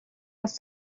was